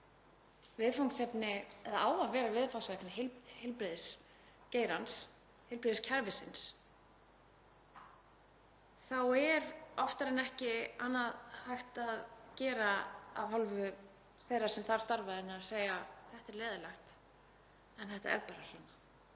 og á að vera viðfangsefni heilbrigðisgeirans, heilbrigðiskerfisins, þá er oftar en ekki ekki annað hægt að gera af hálfu þeirra sem þar starfa en að segja: Þetta er leiðinlegt en þetta er bara svona.